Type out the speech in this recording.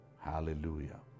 Hallelujah